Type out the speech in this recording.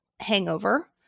hangover